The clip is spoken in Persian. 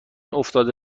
افتاده